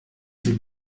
sie